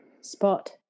spot